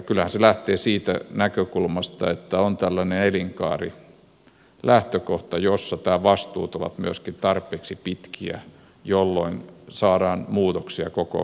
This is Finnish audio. kyllähän se lähtee siitä näkökulmasta että on tällainen elinkaarilähtökohta jossa nämä vastuut ovat myöskin tarpeeksi pitkiä jolloin saadaan muutoksia koko asenteissa